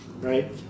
right